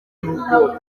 n’ubwoko